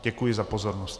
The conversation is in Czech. Děkuji za pozornost.